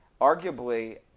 Arguably